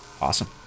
awesome